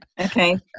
Okay